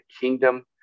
kingdom